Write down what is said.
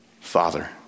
father